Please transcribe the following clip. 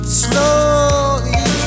slowly